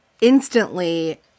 instantly